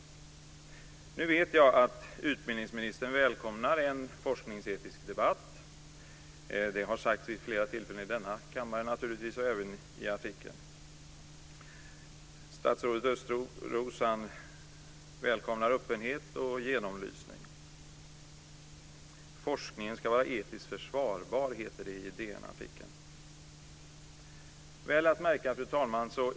Nu vet jag att utbildningsministern välkomnar en forskningsetisk debatt. Det har sagts vid flera tillfällen i denna kammare och även i artikeln. Statsrådet Östros välkomnar öppenhet och genomlysning. Forskningen ska vara etiskt försvarbar, heter det i Fru talman!